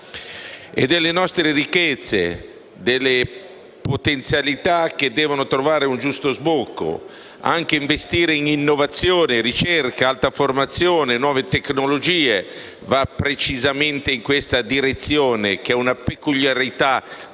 e delle nostre ricchezze, delle potenzialità che devono trovare un giusto sbocco. Anche investire in innovazione, ricerca, alta formazione, nuove tecnologie va precisamente in questa direzione, che è una peculiarità tutta